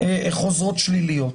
חוזרות שליליות.